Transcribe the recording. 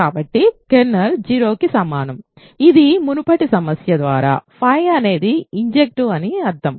కాబట్టి కెర్నల్ 0కి సమానం ఇది మునుపటి సమస్య ద్వారా అనేది ఇంజెక్టివ్ అని అర్థం